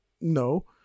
no